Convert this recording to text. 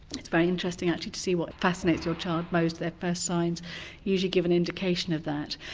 it's very interesting actually to see what fascinates your child most. their first signs usually give an indication of that.